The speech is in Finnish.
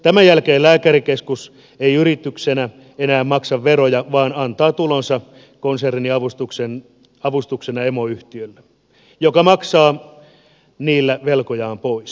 tämän jälkeen lääkärikeskus ei yrityksenä enää maksa veroja vaan antaa tulonsa konserniavustuksena emoyhtiölle joka maksaa niillä velkojaan pois